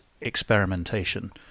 experimentation